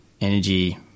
energy